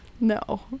no